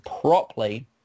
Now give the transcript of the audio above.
properly